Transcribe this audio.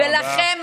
ולכם,